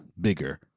bigger